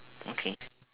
okay